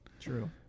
True